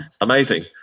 amazing